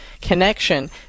connection